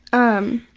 um,